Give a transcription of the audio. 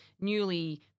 newly